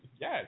Yes